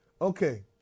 Okay